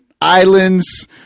Islands